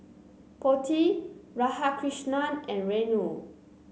Potti Radhakrishnan and Renu